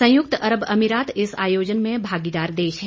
संयुक्त अरब अमीरात इस आयोजन में भागीदार देश है